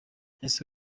ese